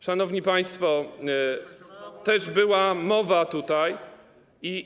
Szanowni państwo, też była mowa tutaj.